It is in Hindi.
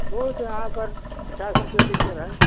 दूध यहाँ पर पचास रुपये लीटर है